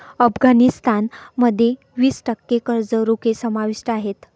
अफगाणिस्तान मध्ये वीस टक्के कर्ज रोखे समाविष्ट आहेत